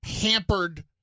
hampered